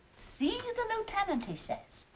see the lieutenant, he says.